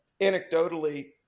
Anecdotally